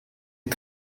est